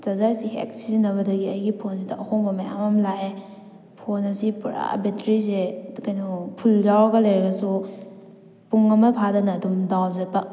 charger ꯑꯁꯤ ꯍꯦꯛ ꯁꯤꯖꯤꯟꯅꯕꯗꯒꯤ ꯑꯩꯒꯤ ꯐꯣꯟꯑꯁꯤꯗ ꯑꯍꯣꯡꯕ ꯃꯌꯥꯝ ꯑꯃ ꯂꯥꯛꯑꯦ ꯐꯣꯟ ꯑꯁꯤ ꯄꯨꯔꯥ ꯕꯦꯠꯇꯔꯤꯁꯦ ꯀꯩꯅꯣ ꯐꯨꯜ ꯌꯥꯎꯔꯒ ꯂꯩꯔꯒꯁꯨ ꯄꯨꯡ ꯑꯃ ꯐꯥꯗꯅ ꯑꯗꯨꯝ ꯗꯥꯎꯟ ꯆꯠꯄ